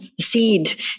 seed